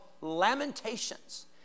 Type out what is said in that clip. lamentations